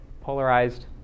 polarized